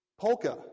polka